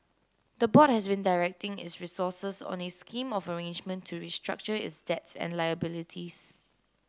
the board has been directing its resources on a scheme of arrangement to restructure its debts and liabilities